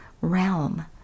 realm